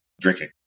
drinking